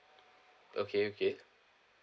okay okay